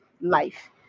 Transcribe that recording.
life